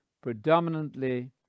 predominantly